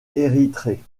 érythrée